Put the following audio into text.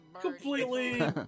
completely